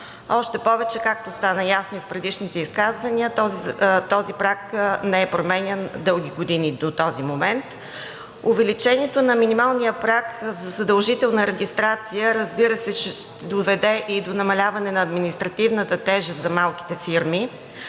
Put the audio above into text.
още повече, както стана ясно и в предишните изказвания, този праг не е променян дълги години до момента. Увеличението на минималния праг за задължителна регистрация, разбира се, че ще доведе и до намаляване на административната тежест за малките фирми.